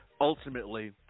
ultimately